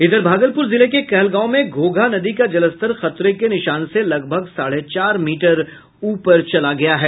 इधर भागलपुर जिले के कहलगांव में घोघा नदी का जलस्तर खतरे के निशान से लगभग साढ़े चार मीटर ऊपर चला गया है